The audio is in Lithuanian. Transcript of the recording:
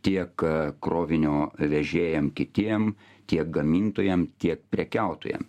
tiek krovinio vežėjam kitiem tiek gamintojam tiek prekiautojam